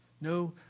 No